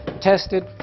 tested